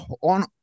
on